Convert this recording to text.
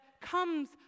comes